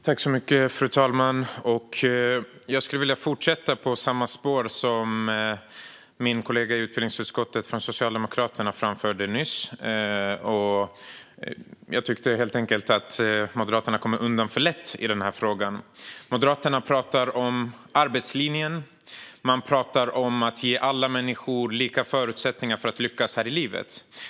Fru talman! Jag vill fortsätta på samma spår som min socialdemokratiska kollega i utbildningsutskottet nyss framförde. Jag tycker helt enkelt att Moderaterna kommer undan för lätt i den här frågan. Moderaterna pratar om arbetslinjen och om att ge alla människor lika förutsättningar för att lyckas här i livet.